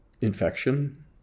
infection